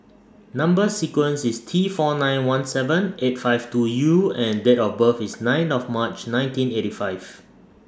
Number sequence IS T four nine one seven eight five two U and Date of birth IS nine of March nineteen eighty five